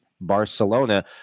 Barcelona